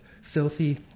filthy